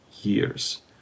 years